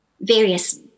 various